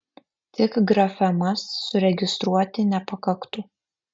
tik grafemas suregistruoti nepakaktų